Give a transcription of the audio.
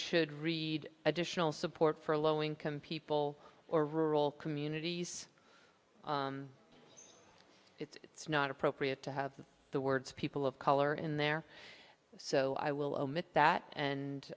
should read additional support for low income people or rural communities it's not appropriate to have the words people of color in there so i will omit that